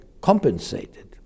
compensated